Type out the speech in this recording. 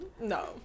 no